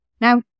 Now